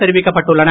தெரிவிக்கப்பட்டுள்ளது